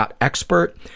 .expert